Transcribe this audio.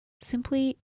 simply